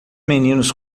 meninos